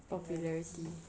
popularity